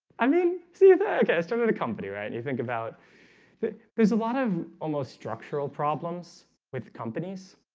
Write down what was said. i mean see started a company right you think about that there's a lot of almost structural problems with companies.